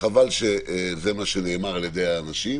חבל שזה מה שנאמר על ידי אנשים